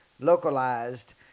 localized